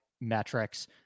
metrics